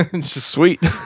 Sweet